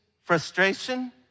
frustration